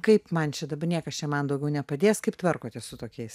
kaip man čia dabar niekas čia man daugiau nepadės kaip tvarkotės su tokiais